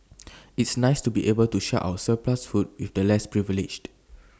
it's nice to be able to share our surplus food with the less privileged